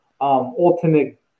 ultimate